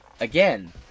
Again